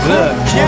Look